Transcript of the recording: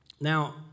Now